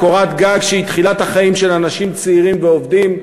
קורת גג שהיא תחילת החיים של אנשים צעירים ועובדים,